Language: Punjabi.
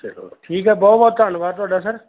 ਚਲੋ ਠੀਕ ਹੈ ਬਹੁਤ ਬਹੁਤ ਧੰਨਵਾਦ ਤੁਹਾਡਾ ਸਰ